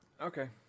Okay